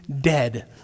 dead